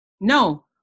No